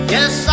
Yes